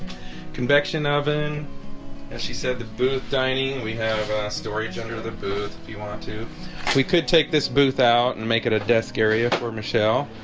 convection oven as she said that booth dining we had a storage under the booth if you wanted to we could take this booth out and make it a desk area for michelle